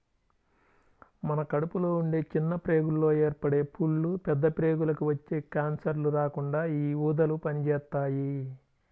మన కడుపులో ఉండే చిన్న ప్రేగుల్లో ఏర్పడే పుళ్ళు, పెద్ద ప్రేగులకి వచ్చే కాన్సర్లు రాకుండా యీ ఊదలు పనిజేత్తాయి